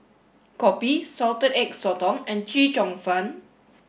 Kopi Salted Egg Sotong and Chee Cheong Fun